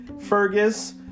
fergus